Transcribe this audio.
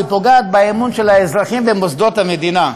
היא פוגעת באמון של האזרחים במוסדות המדינה,